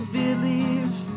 believe